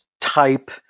type